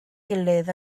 gilydd